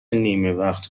نیمهوقت